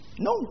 No